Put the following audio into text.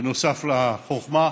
בנוסף לחוכמה,